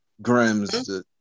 Grims